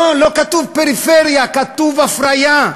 לא, לא כתוב פריפריה, כתוב הפריה.